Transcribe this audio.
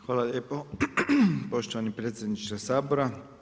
Hvala lijepo poštovani predsjedniče Sabora.